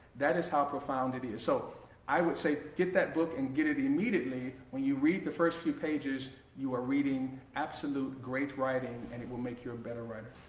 that is how profound it is, so i would say get that book and get it immediately when you read the first few pages you are reading absolute great writing and it will make you a better writer.